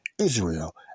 Israel